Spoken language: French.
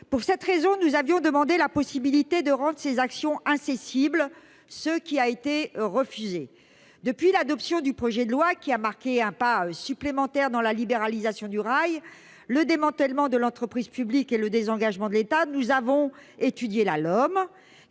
pour cette raison, nous avions demandé la possibilité de rompre ses actions incessibles ce qui a été refusé, depuis l'adoption du projet de loi qui a marqué un pas supplémentaire dans la libéralisation du rail, le démantèlement de l'entreprise publique et le désengagement de l'État, nous avons étudié la